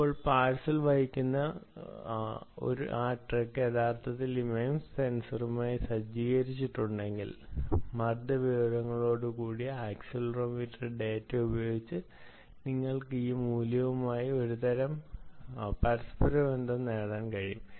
ഇപ്പോൾ പാർസൽ വഹിക്കുന്ന ആ ട്രക്ക് യഥാർത്ഥത്തിൽ ഈ മെംസ് സെൻസറുമായി സജ്ജീകരിച്ചിട്ടുണ്ടെങ്കിൽ മർദ്ദ വിവരങ്ങളോടുകൂടിയ ആക്സിലറോമീറ്റർ ഡാറ്റ ഉപയോഗിച്ച് നിങ്ങൾക്ക് ഈ മൂല്യങ്ങളുമായി ഒരുതരം പരസ്പരബന്ധം നേടാൻ കഴിയും